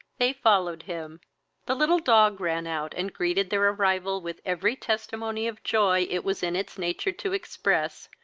they followed him the little dog ran out, and greeted their arrival with every testimony of joy it was in its nature to express,